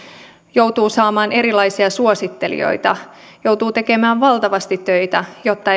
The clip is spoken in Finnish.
joutuu hankkimaan erilaisia suosittelijoita joutuu tekemään valtavasti töitä jotta